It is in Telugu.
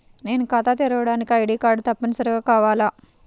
నేను ఖాతా తెరవడానికి ఐ.డీ కార్డు తప్పనిసారిగా కావాలా?